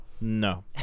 No